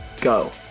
go